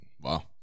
Wow